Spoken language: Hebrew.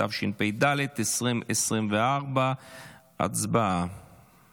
התשפ"ד 2024. הצבעה.